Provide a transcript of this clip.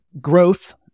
growth